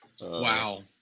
Wow